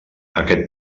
aquest